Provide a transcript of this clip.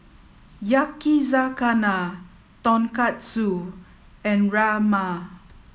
Yakizakana Tonkatsu and Rajma